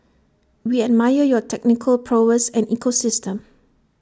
we admire your technical prowess and ecosystem